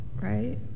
right